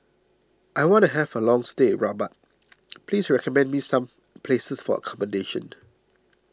I wanna have a long stay in Rabat please recommend me some places for accommodation